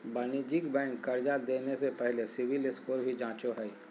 वाणिज्यिक बैंक कर्जा देने से पहले सिविल स्कोर भी जांचो हइ